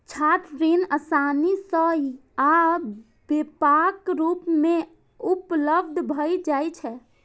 छात्र ऋण आसानी सं आ व्यापक रूप मे उपलब्ध भए जाइ छै